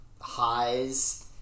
highs